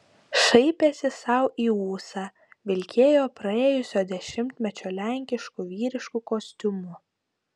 šaipėsi sau į ūsą vilkėjo praėjusio dešimtmečio lenkišku vyrišku kostiumu